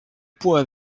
poids